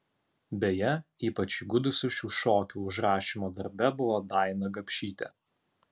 beje ypač įgudusi šių šokių užrašymo darbe buvo daina gapšytė